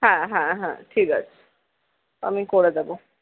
হ্যাঁ হ্যাঁ হ্যাঁ ঠিক আছে আমি করে দেব